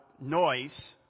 noise